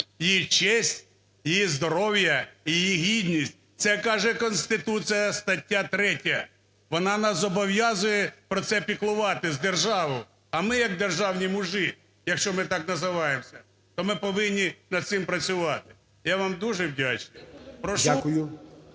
її честь, її здоров'я і її гідність. Це каже Конституція, стаття 3, вона нас зобов'язує про це піклуватись, державу. А ми як державні мужі, якщо ми так називаємось, то ми повинні над цим працювати. Я вам дуже вдячний. Прошу…